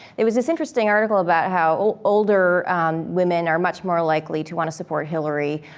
it was this interesting article about how older women are much more likely to want to support hillary.